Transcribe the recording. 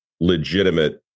legitimate